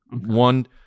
One